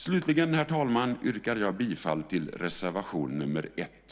Herr talman! Slutligen yrkar jag bifall till reservation nr 1.